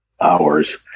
hours